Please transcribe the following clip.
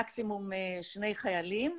מקסימום שני חיילים.